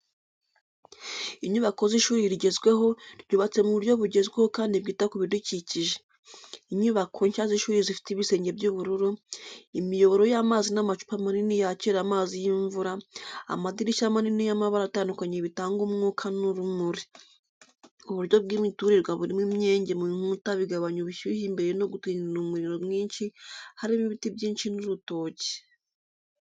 Inyubako z’ishuri rigezweho, ryubatswe mu buryo bugezweho kandi bwita ku bidukikije. Inyubako nshya z’ishuri zifite ibisenge by’ubururu, imiyoboro y’amazi n’amacupa manini yakira amazi y’imvura, amadirishya manini y’amabara atandukanye bitanga umwuka n’urumuri, uburyo bw’imiturirwa burimo imyenge mu nkuta bigabanya ubushyuhe imbere no gukenera umuriro mwinshi harimo ibiti byinshi n’urutoki.